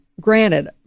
granted